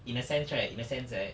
in a sense right in a sense right